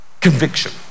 conviction